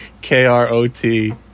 K-R-O-T